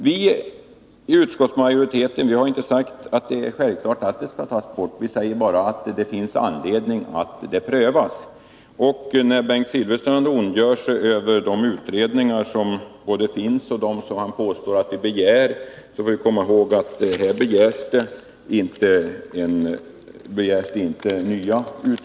Vi i utskottsmajoriteten har inte betraktat ett sådant avskaffande som en självklarhet, utan vi har uttalat att det finns anledning att pröva frågan. Bengt Silfverstrand ondgör sig över de utredningar som pågår och över dem som han påstår att vi begär. Det senare är inte riktigt.